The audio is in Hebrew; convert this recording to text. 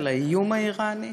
על האיום האיראני?